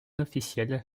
officiel